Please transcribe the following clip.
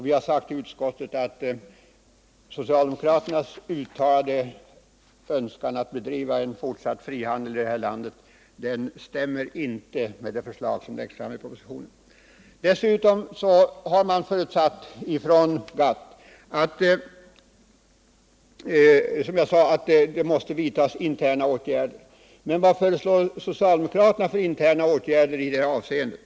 Vi har sagt i näringsutskottets yttrande, att socialdemokraternas uttalade önskan att det skall bedrivas en fortsatt frihandel i det här landet inte stämmer med det förslag som läggs fram i motionen. Dessutom har GATT förutsatt, som jag sade, att det måste vidtas interna åtgärder. Men vad föreslår socialdemokraterna för interna åtgärder i det här avseendet?